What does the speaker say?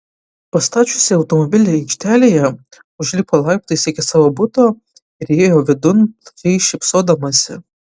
pastačiusi automobilį aikštelėje užlipo laiptais iki savo buto ir įėjo vidun plačiai šypsodamasi